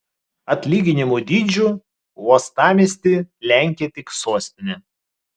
atlyginimų dydžiu uostamiestį lenkia tik sostinė